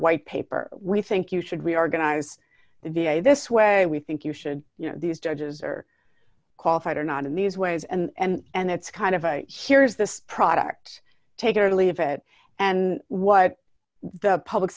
white paper we think you should we organize the v a this way we think you should you know these judges are qualified or not in these ways and it's kind of a here's this product take or leave it and what the public